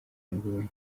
nkubonye